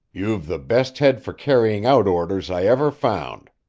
you've the best head for carrying out orders i ever found.